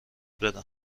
بدن